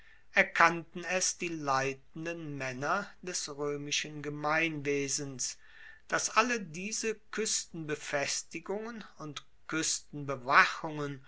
erkannten es die leitenden maenner des roemischen gemeinwesens dass alle diese kuestenbefestigungen und